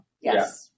Yes